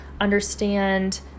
understand